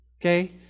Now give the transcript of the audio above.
Okay